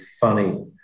funny